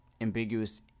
ambiguous